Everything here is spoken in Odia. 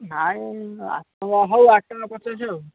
ନାଇଁ ଆଠଟଙ୍କା ହଉ ଆଠଟଙ୍କା ପଚାଶ ଆଉ